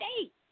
state